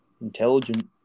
intelligent